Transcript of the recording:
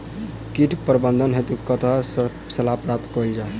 कीट प्रबंधन हेतु कतह सऽ सलाह प्राप्त कैल जाय?